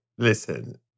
Listen